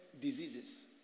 diseases